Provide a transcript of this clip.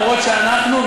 אף שאנחנו,